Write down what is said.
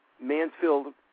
Mansfield